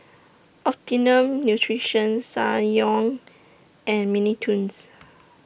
Optimum Nutrition Ssangyong and Mini Toons